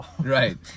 Right